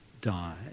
die